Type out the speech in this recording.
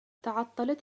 تعطلت